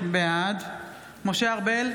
בעד משה ארבל,